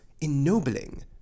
ennobling